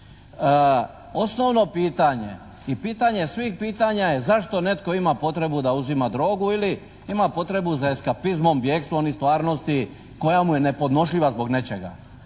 Osnovno pitanje i pitanje svih pitanja je zašto netko ima potrebu da uzima drogu ili ima potrebu za eskapizmom, bjegstvom iz stvarnosti koja mu je nepodnošljiva zbog nečega?